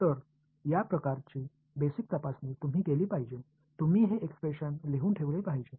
तर या प्रकारची बेसिक तपासणी तुम्ही केली पाहिजे तुम्ही हे एक्सप्रेशन लिहून ठेवले पाहिजे